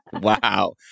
Wow